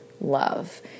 love